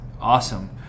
awesome